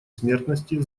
смертности